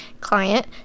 client